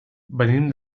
venim